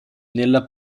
nella